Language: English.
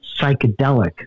psychedelic